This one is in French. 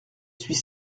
suis